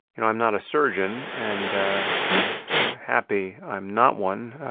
you know i'm not a surgeon, and i'm happy i'm not one,